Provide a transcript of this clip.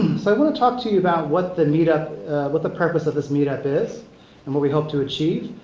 so i want to talk to you about what the meetup what the purpose of this meetup is and what we hope to achieve.